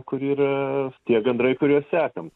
kur yra tie gandrai kuriuos sekam